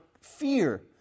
fear